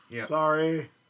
Sorry